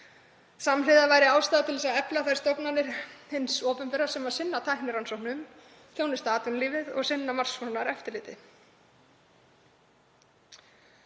Samhliða væri ástæða til að efla þær stofnanir hins opinbera sem sinna tæknirannsóknum, þjónusta atvinnulífið og sinna margs konar eftirliti.